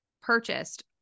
purchased